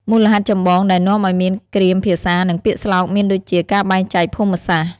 មូលហេតុចម្បងដែលនាំឲ្យមានគ្រាមភាសានិងពាក្យស្លោកមានដូចជា ការបែកចែកភូមិសាស្ត្រ។